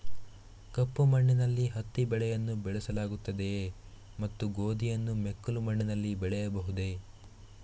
ಕಪ್ಪು ಮಣ್ಣಿನಲ್ಲಿ ಹತ್ತಿ ಬೆಳೆಯನ್ನು ಬೆಳೆಸಲಾಗುತ್ತದೆಯೇ ಮತ್ತು ಗೋಧಿಯನ್ನು ಮೆಕ್ಕಲು ಮಣ್ಣಿನಲ್ಲಿ ಬೆಳೆಯಬಹುದೇ?